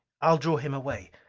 i'll draw him away.